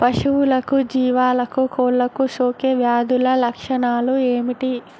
పశువులకు జీవాలకు కోళ్ళకు సోకే వ్యాధుల లక్షణాలు ఏమిటి?